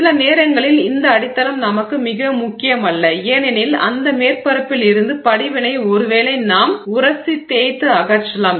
சில நேரங்களில் இந்த அடித்தளம் நமக்கு மிக முக்கியமல்ல ஏனெனில் அந்த மேற்பரப்பில் இருந்து படிவினை ஒருவேளை நாம் உரசித் தேய்த்து அகற்றலாம்